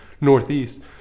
northeast